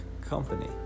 company